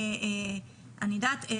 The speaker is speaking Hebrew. אני יודעת?